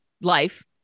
life